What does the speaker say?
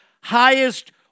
highest